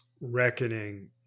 reckoning